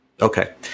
Okay